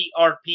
ERP